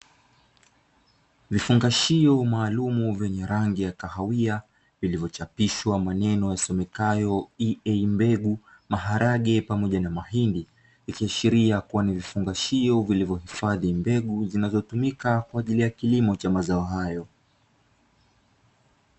Vifungashio maalumu vyenye rangi ya kahawia vilivyochapishwa maneno yasomekayo "EA mbegu" maharage pamoja na mahindi, ikiashiria kuwa ni virutubisho vilivyohifadhi mbegu zinazotumika kwa ajili ya kilimo cha hayo.